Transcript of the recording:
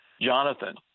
Jonathan